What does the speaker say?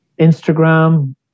Instagram